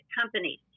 companies